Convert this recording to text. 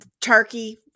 turkey